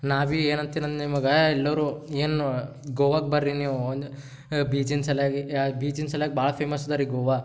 ನಾ ಭೀ ಏನು ಅಂತೀನಿ ಅಂದ್ರ್ ನಿಮಗೆ ಎಲ್ಲರೂ ಏನು ಗೋವಾಕ್ಕೆ ಬನ್ರಿ ನೀವು ಒಂದು ಬೀಚಿನ ಸಲ್ವಾಗಿ ಯಾ ಬೀಚಿನ ಸಲ್ವಾಗ್ ಭಾಳ ಫೇಮಸ್ ಅದ ರಿ ಗೋವಾ